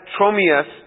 Tromius